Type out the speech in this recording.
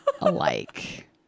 alike